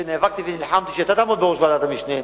ונאבקתי ונלחמתי שאתה תעמוד בראש ועדת המשנה,